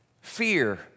fear